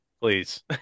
please